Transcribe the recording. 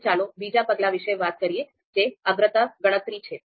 હવે ચાલો બીજા પગલા વિશે વાત કરીએ જે અગ્રતા ગણતરી છે